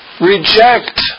Reject